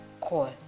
call